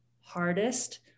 hardest